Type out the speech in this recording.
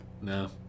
No